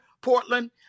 Portland